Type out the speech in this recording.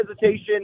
hesitation